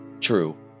true